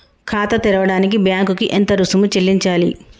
ఖాతా తెరవడానికి బ్యాంక్ కి ఎంత రుసుము చెల్లించాలి?